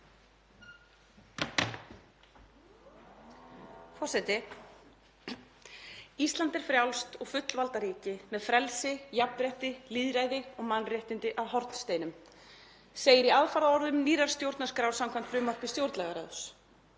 „Ísland er frjálst og fullvalda ríki með frelsi, jafnrétti, lýðræði og mannréttindi að hornsteinum,“ segir í aðfaraorðum nýrrar stjórnarskrár samkvæmt frumvarpi stjórnlagaráðs.